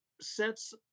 sets